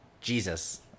Jesus